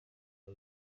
ari